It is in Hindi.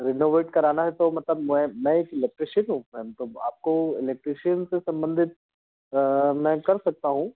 रीनोवेट कराना है तो मतलब मैं मैं एक इलेक्ट्रीशियन हूँ मैम तो आपको इलेक्ट्रिशियन से सम्बन्धित मैं कर सकता हूँ